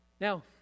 Now